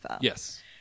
Yes